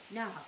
no